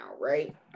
right